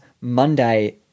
Monday